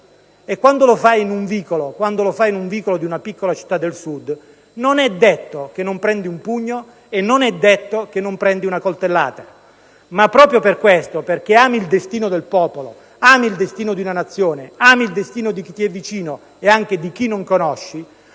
in un vicolo, in un vicolo di una piccola città del Sud, non è detto che non prendi un pugno o una coltellata. Ma proprio per questo, perché ami il destino del popolo, ami il destino di una Nazione, ami il destino di chi ti è vicino e anche di chi non conosci,